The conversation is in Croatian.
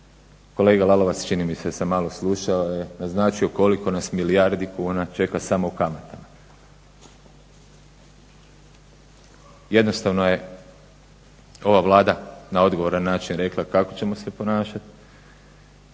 Kolega Lalovac, čini mi se, jer sam malo slušao, naznačio koliko nas milijardi kuna čeka samo u kamatama. Jednostavno je ova Vlada na odgovoran način rekla kako ćemo se ponašati